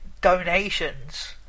donations